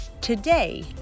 today